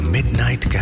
Midnight